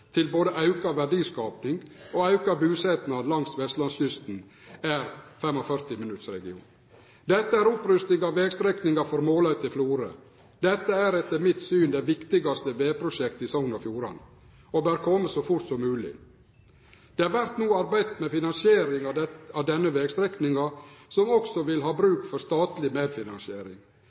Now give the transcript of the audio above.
både auka verdiskaping og auka busetnad langs Vestlandskysten, er 45-minuttregionen. Dette er opprusting av vegstrekninga frå Måløy til Florø. Dette er etter mitt syn det viktigaste vegprosjektet i Sogn og Fjordane, og bør kome så fort som mogleg. Det vert no arbeidd med finansieringa av denne vegstrekninga, som også vil ha bruk for statleg medfinansiering.